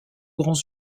grands